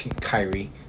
Kyrie